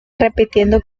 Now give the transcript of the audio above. repitiendo